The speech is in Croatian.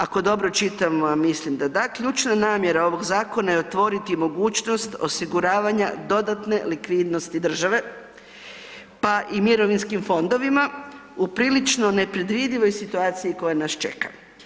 Ako dobro čitam, a mislim da da, ključna namjera ovog zakona je otvoriti mogućnost osiguravanja dodatne likvidnosti države, pa i mirovinskim fondovima u prilično nepredvidivoj situaciji koja nas čeka.